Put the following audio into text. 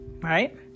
right